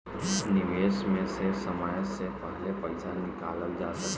निवेश में से समय से पहले पईसा निकालल जा सेकला?